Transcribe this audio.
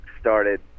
started